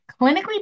clinically